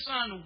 Son